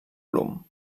bloom